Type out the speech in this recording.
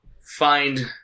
find